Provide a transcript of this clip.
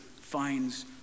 finds